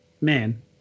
man